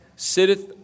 Sitteth